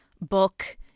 book